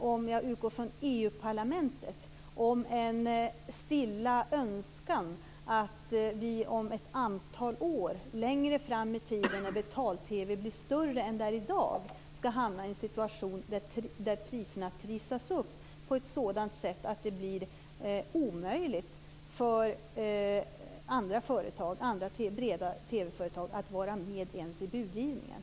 om jag utgår från EU parlamentet, om en stilla önskan att vi om ett antal år, när betal-TV är större än i dag, skall hamna i en situation där priserna trissas upp på ett sådant sätt att det blir omöjligt för andra breda TV-företag att vara med ens i budgivningen.